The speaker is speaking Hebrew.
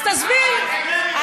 אז תסביר,